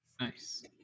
Nice